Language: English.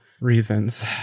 reasons